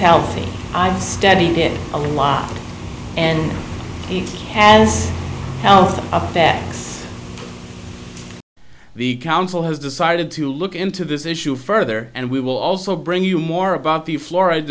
healthy i've studied it a lot and it has held up that the council has decided to look into this issue further and we will also bring you more about the fluoride